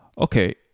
Okay